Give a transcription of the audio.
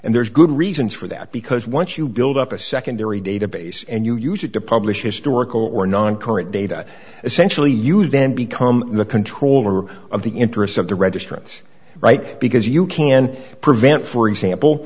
and there's good reasons for that because once you build up a secondary database and you use it to publish historical or non current data essentially you'd then become the controller of the interests of the registrants right because you can prevent for example